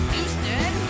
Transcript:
Houston